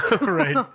Right